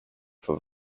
for